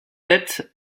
tête